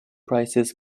prices